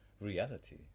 reality